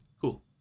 Cool